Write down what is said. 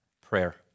prayer